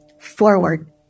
forward